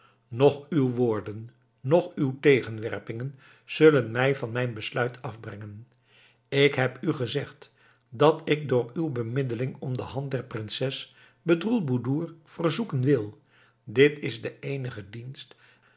noch uw woorden noch uw tegenwerpingen zullen mij van mijn besluit afbrengen ik heb u gezegd dat ik door uw bemiddeling om de hand der prinses bedroelboedoer verzoeken wil dit is de eenige dienst